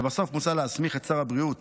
לבסוף, מוצע להסמיך את שר הבריאות